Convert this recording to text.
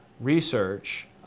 Research